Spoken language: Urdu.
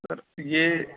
سر یہ